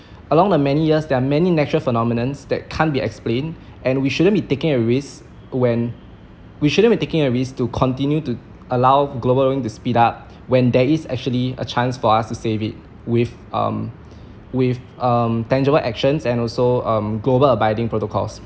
along the many years there are many natural phenomenons that can't be explained and we shouldn't be taking a risk when we shouldn't be taking a risk to continue to allow global warming to speed up when there is actually a chance for us to save it with um with um tangible actions and also um global abiding protocols